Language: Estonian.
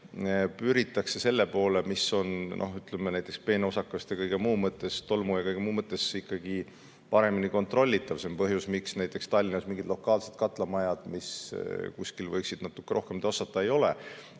püritakse selle poole, mis on, noh ütleme, näiteks peenosakeste, tolmu ja kõige muu mõttes paremini kontrollitav. See on põhjus, miks näiteks Tallinnas mingeid lokaalseid katlamajasid, mis kuskil võiksid natuke rohkem tossata, ei ole.